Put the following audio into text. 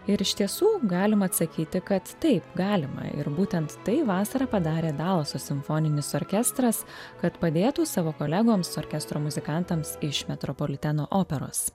ir iš tiesų galima atsakyti kad taip galima ir būtent tai vasarą padarė dalaso simfoninis orkestras kad padėtų savo kolegoms orkestro muzikantams iš metropoliteno operos